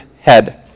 head